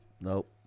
Nope